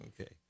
okay